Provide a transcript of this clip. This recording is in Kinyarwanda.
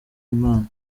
imana